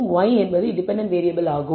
y என்பது dependent variable ஆகும்